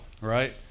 Right